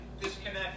disconnect